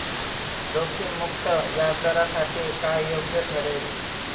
जोखीम मुक्त व्याजदरासाठी काय योग्य ठरेल?